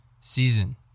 season